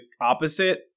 opposite